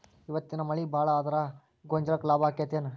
ಇವತ್ತಿನ ಮಳಿ ಭಾಳ ಆದರ ಗೊಂಜಾಳಕ್ಕ ಲಾಭ ಆಕ್ಕೆತಿ ಏನ್?